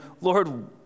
Lord